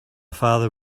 father